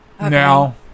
Now